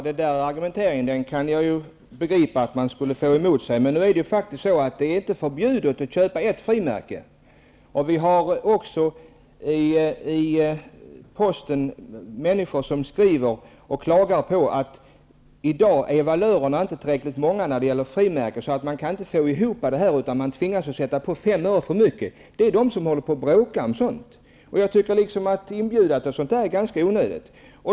Herr talman! Jag förstod att jag skulle få det här resonemanget emot mig. Men det är faktiskt så att det inte är förbjudet att köpa ett frimärke. Det finns människor som klagar på att det i dag inte finns tillräckligt många valörer när det gäller frimärken och att man tvingas sätta på 5 öre för mycket. På posten bråkar man om sådant. Att inbjuda till sådant är ganska onödigt.